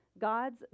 God's